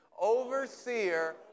overseer